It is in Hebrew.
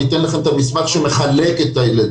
אתן לכם את --- שמחלק את הילדים.